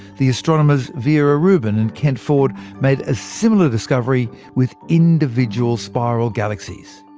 the astronomers vera rubin and kent ford made a similar discovery with individual spiral galaxies.